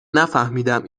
نفهمیدم